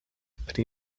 pri